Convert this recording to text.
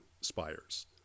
spires